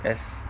as